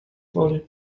woli